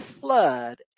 flood